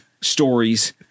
stories